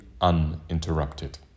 uninterrupted